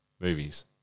movies